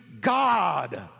God